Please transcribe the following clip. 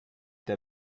der